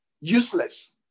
useless